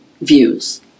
views